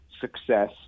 success